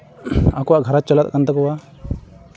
ᱟᱠᱚᱣᱟᱜ ᱜᱷᱟᱨᱚᱸᱡᱽ ᱪᱟᱞᱟᱜ ᱠᱟᱱ ᱛᱟᱠᱳᱣᱟ